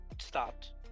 stopped